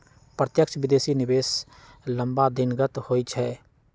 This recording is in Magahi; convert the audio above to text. प्रत्यक्ष विदेशी निवेश लम्मा दिनगत होइ छइ